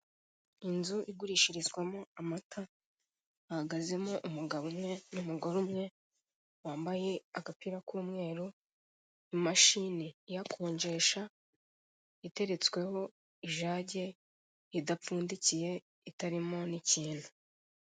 Inzu igurishirizwamo amata, hahagazemo umugabo umwe n'umugore umwe wambaye agapira k'umweru, imashini iyakonjesha, iteretsweho ijage idapfundikiye, itarimo n'ikintu.